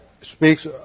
speaks